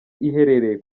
iherereye